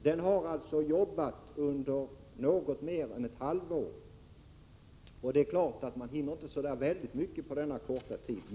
Den har jobbat under något mer än ett halvår, och det är klart att man inte hinner så väldigt mycket på denna korta tid.